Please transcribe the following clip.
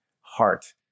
heart